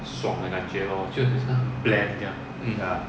mm